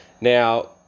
Now